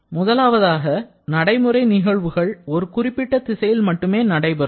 முதலாவதாக நடைமுறை நிகழ்வுகள் ஒரு குறிப்பிட்ட திசையில் மட்டுமே நடைபெறும்